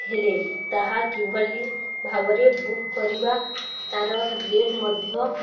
ହେଲେ ତାହା କିଭଳି ଭାବରେ ବୁକ୍ କରିବା ତା'ର ରେଟ୍ ମଧ୍ୟ